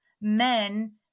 men